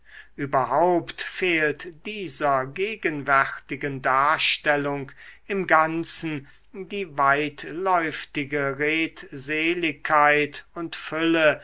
überhaupt fehlt dieser gegenwärtigen darstellung im ganzen die weitläuftige redseligkeit und fülle